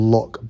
Lock